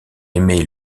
émet